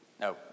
No